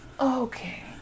Okay